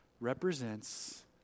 represents